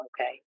Okay